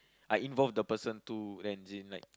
I involve the person to as in like